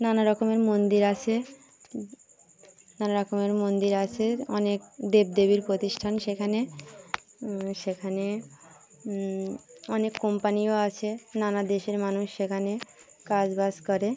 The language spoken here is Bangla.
নানা রকমের মন্দির আছে নানা রকমের মন্দির আছে অনেক দেব দেবীর প্রতিষ্ঠান সেখানে সেখানে অনেক কোম্পানিও আছে নানা দেশের মানুষ সেখানে কাজ বাজ করে